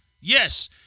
Yes